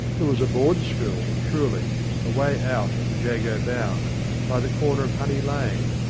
there was a board school, truly, away out of the jago bounds, by the corner of honey lane,